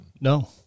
No